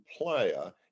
player